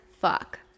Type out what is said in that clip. fuck